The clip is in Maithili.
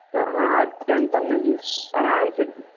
तऽ अहाँ टेंशन नहि लिउ आरामसँ